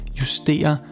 justere